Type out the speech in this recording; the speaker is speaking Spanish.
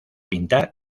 pintar